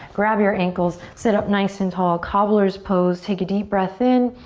grab your ankles sit up nice and tall, cobbler's pose. take a deep breath in.